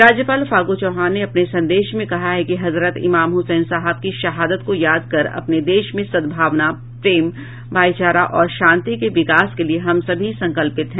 राज्यपाल फागू चौहान ने अपने संदेश में कहा है कि हजरत इमाम हुसैन साहब की शहादत को याद कर अपने देश में सद्भावना प्रेम भाईचार और शांति के विकास के लिये हम सभी संकल्पित हैं